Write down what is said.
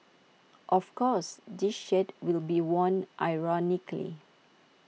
of course this shirt will be worn ironically